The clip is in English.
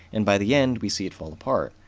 and by the end, we see it fall apart.